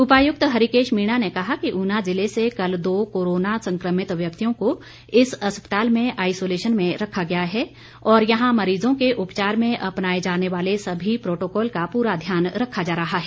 उपायुक्त हरीकेश मीणा ने कहा कि ऊना जिले से कल दो कोरोना संक्रमित व्यक्तियों को इस अस्पताल में आईसोलेशन में रखा गया है और यहां मरीजों के उपचार में अपनाए जाने वाले सभी प्रोटोकॉल का पूरा ध्यान रखा जा रहा है